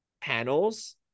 panels